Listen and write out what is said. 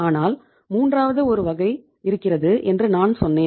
ஆனால் மூன்றாவது ஒரு வகை இருக்கிறது என்று நான் சொல்கிறேன்